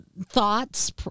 thoughts